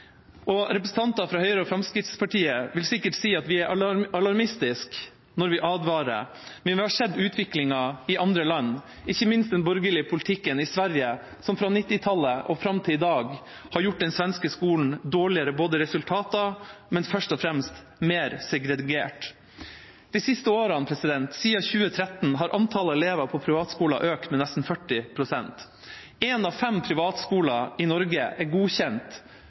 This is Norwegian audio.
press. Representanter fra Høyre og Fremskrittspartiet vil sikkert si at vi er alarmistiske når vi advarer, men vi har sett utviklingen i andre land, ikke minst i form av den borgerlige politikken i Sverige, som fra 1990-tallet og fram til i dag har gjort den svenske skolen resultatmessig dårligere, men først og fremst mer segregert. De siste årene, siden 2013, har antallet elever i privatskoler økt med nesten 40 pst. Én av fem privatskoler i Norge er siden 2013 blitt godkjent